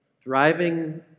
driving